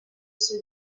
son